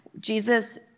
Jesus